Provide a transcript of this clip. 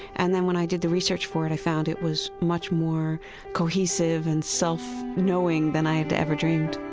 and then when i did the research for it, i found it was much more cohesive and self-knowing than i had ever dreamed